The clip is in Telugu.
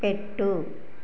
పెట్టు